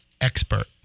Expert